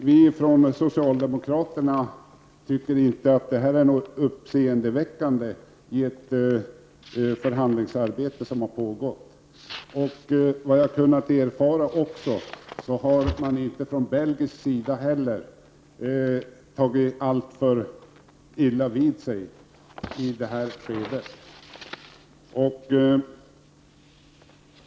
Herr talman! Vi socialdemokrater tycker inte att detta är något uppseendeväckande i det förhandlingsarbete som har pågått. Såvitt jag kunnat erfara har man inte heller från belgisk sida tagit alltför illa vid sig i det här skedet.